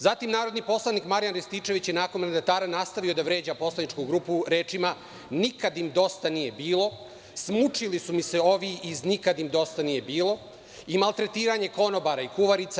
Zatim, narodni poslanik Marijan Rističević je nakon mandatara nastavio da vređa poslaničku grupu rečima – Nikad im dosta nije bilo, smučili su mi se ovi iz nikad im dosta nije bilo i maltretiranje konobara i kuvarica.